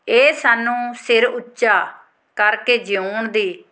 ਇਹ ਸਾਨੂੰ ਸਿਰ ਉੱਚਾ ਕਰਕੇ ਜਿਊਣ ਦੀ